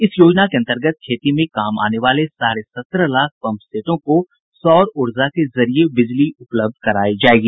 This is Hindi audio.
इस योजना के अंतर्गत खेती में काम आने वाले साढ़े सत्रह लाख पम्प सेटों को सौर ऊर्जा के जरिए बिजली उपलब्ध करायी जाएगी